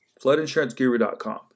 floodinsuranceguru.com